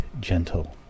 gentle